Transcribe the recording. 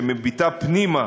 שמביטה פנימה,